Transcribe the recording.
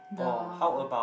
the